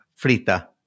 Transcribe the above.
frita